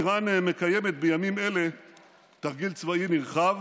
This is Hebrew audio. איראן מקיימת בימים אלה תרגיל צבאי נרחב.